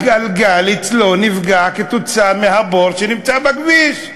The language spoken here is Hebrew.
הגלגל שלו נפגע בגלל הבור בכביש.